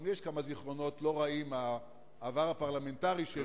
גם לי יש כמה זיכרונות לא רעים מהעבר הפרלמנטרי שלי,